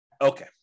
Okay